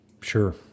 Sure